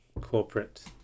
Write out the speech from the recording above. corporate